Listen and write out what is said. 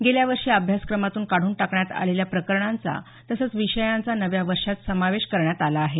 गेल्या वर्षी अभ्यासक्रमातून काढून टाकण्यात आलेल्या प्रकरणांचा तसंच विषयांचा नव्या वर्षात समावेश करण्यात आला आहे